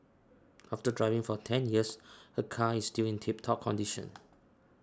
after driving for ten years her car is still in tip top condition